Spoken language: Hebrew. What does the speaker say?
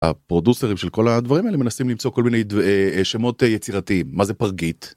הפרודוסרים של כל הדברים האלה מנסים למצוא כל מיני שמות יצירתיים, מה זה פרגית.